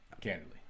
candidly